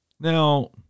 Now